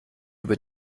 über